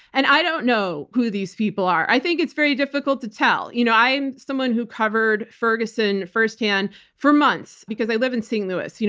and i don't know who these people are. i think it's very difficult to tell. you know i am someone who covered ferguson firsthand for months because i live in st. louis, you know